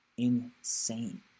insane